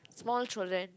small children